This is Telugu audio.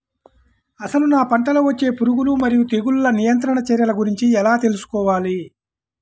అసలు నా పంటలో వచ్చే పురుగులు మరియు తెగులుల నియంత్రణ చర్యల గురించి ఎలా తెలుసుకోవాలి?